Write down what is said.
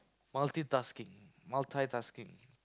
multi tasking multi tasking